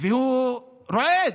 והוא רועד,